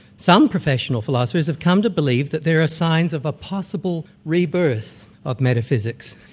some professional philosophers have come to believe that there are signs of a possible rebirth of metaphysics.